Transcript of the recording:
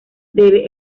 debe